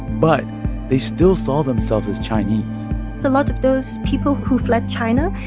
but they still saw themselves as chinese a lot of those people who fled china,